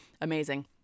amazing